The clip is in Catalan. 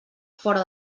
fora